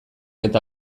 eta